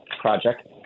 project